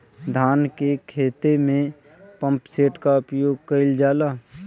धान के ख़हेते में पम्पसेट का उपयोग कइल जाला?